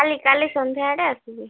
କାଲି କାଲି ସନ୍ଧ୍ୟା ଆଡ଼େ ଆସିବି